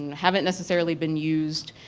haven't necessarily been used